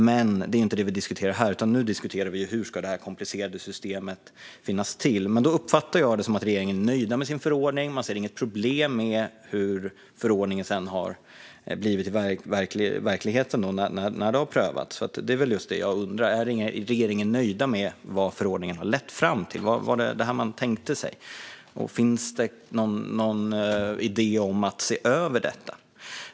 Men det är inte det vi diskuterar här, utan nu diskuterar vi hur det komplicerade system vi har ska vara. Jag uppfattar det som att regeringen är nöjd med sin förordning. Man ser inget problem med hur förordningen har blivit verklighet när den har prövats. Det är just det jag undrar: Är regeringen nöjd med vad förordningen har lett fram till? Var det detta man tänkte sig? Finns det någon idé om att se över detta?